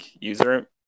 user